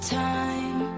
time